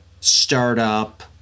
startup